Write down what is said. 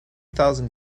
thousand